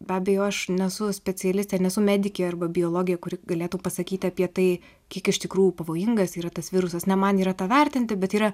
be abejo aš nesu specialistė nesu medikė arba biologė kuri galėtų pasakyti apie tai kiek iš tikrųjų pavojingas yra tas virusas ne man yra tą vertinti bet yra